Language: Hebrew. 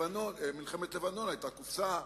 מלחמת לבנון היתה קופסה.